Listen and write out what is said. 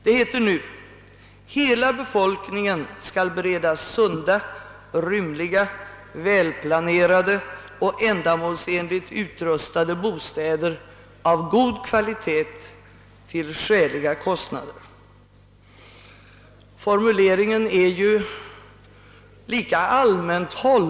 Det heter nu att »hela befolkningen skall be-- redas sunda, rymliga, välplanerade och ändamålsenligt utrustade bostäder av god kvalitet till skäliga kostnader».. Formuleringen är ju lika allmänt hål-.